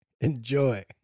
Enjoy